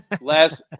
last